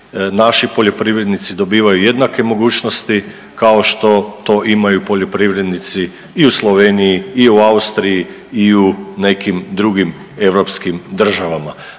naši poljoprivrednici dobivaju jednake mogućnosti kao što to imaju poljoprivrednici i u Sloveniji i u Austriji i u nekim drugim europskim državama.